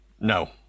No